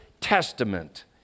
testament